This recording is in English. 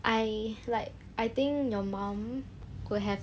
I like I think your mom could have